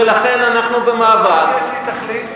ולכן אנחנו במעבר, מה יהיה כשהיא תחליט?